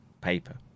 paper